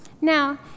Now